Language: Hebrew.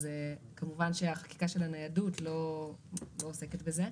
אז כמובן שהחקיקה של הניידות לא עוסקת בזה,